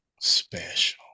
special